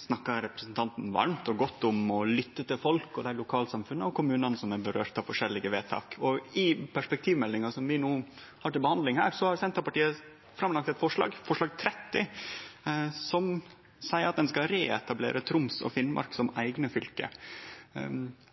snakka representanten Gjelsvik godt og varmt om å lytte til folk og dei lokalsamfunna og kommunane som er råka av ulike vedtak. I perspektivmeldinga, som vi no har til behandling, har Senterpartiet lagt fram eit forslag, forslag nr. 30, som seier at ein skal reetablere Troms og Finnmark som eigne fylke.